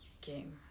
game